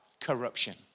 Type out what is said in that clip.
Corruption